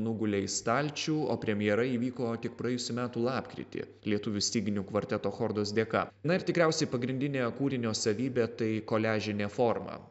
nugulė į stalčių o premjera įvyko tik praėjusių metų lapkritį lietuvių styginių kvarteto chordos dėka na ir tikriausiai pagrindinė kūrinio savybė tai koliažinė forma